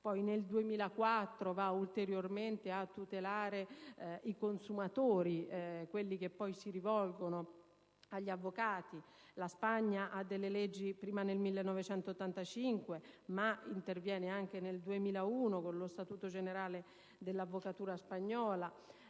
si tutelano ulteriormente i consumatori, quelli che poi si rivolgono agli avvocati. La Spagna ha delle leggi del 1995, ma interviene anche nel 2001 con lo statuto generale dell'avvocatura spagnola;